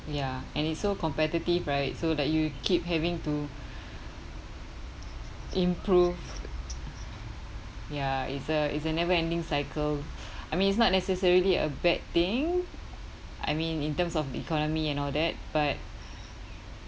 ya and it's so competitive right so that you keep having to improve ya it's a it's a never ending cycle I mean it's not necessarily a bad thing I mean in terms of the economy and all that but